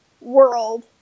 world